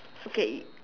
okay